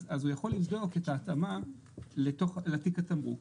אז הוא יכול לבדוק את ההתאמה לתיק התמרוק.